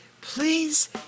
Please